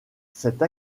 cette